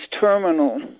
terminal